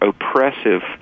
oppressive